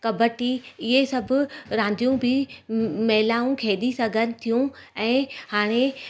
कॿडी इहे सभु रांदियूं बि महिलाऊं खेॾी सघनि थियूं ऐं हाणे